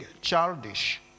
childish